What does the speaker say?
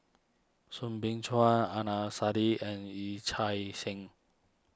Soo Bin Chua Adnan Saidi and Yee Chia Hsing